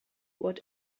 what